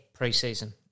preseason